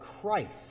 Christ